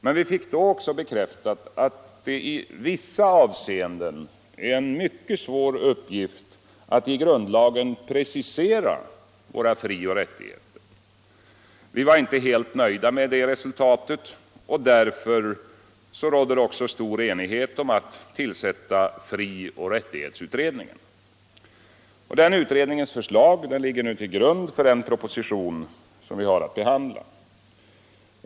Men då fick vi också bekräftat att det i vissa avseenden är en mycket svår uppgift att i grundlagen precisera våra frioch rättigheter. Vi var inte helt nöjda med resultatet, och därför rådde också stor enighet om att tillsätta frioch rättighetsutredningen. Denna utrednings förslag ligger till grund för den proposition som vi nu har att behandla.